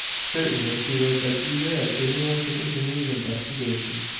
certainly he was as eager as any one to continue the investigation,